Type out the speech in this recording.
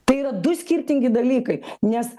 tai yra du skirtingi dalykai nes